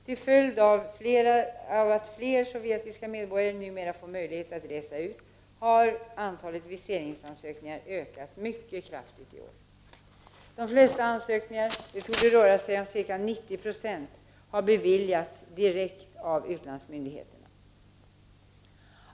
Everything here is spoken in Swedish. Till följd av att fler sovjetiska medborgare numera fått möjlighet att resa ut har antalet viseringsansökningar ökat mycket kraftigt i år. De flesta ansökningarna — det torde röra sig om ca 90 96 — har beviljats direkt av utlandsmyndigheterna.